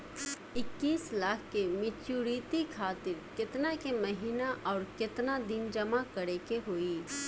इक्कीस लाख के मचुरिती खातिर केतना के महीना आउरकेतना दिन जमा करे के होई?